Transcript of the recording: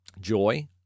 joy